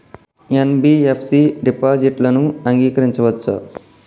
NBFC డిపాజిట్లను అంగీకరించవచ్చా?